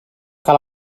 cal